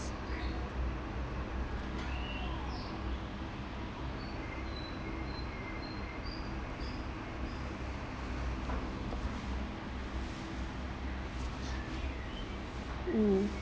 mm